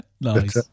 Nice